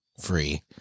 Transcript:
free